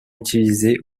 utilisé